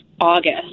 August